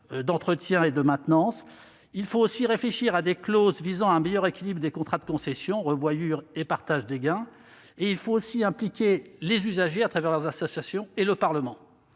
d'entretien et de maintenance. Il convient aussi de réfléchir à des clauses visant à un meilleur équilibre des contrats de concession- revoyure et partage des gains -et impliquer les usagers, à travers leurs associations, sans oublier le Parlement.